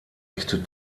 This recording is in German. echte